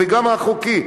וגם החוקי,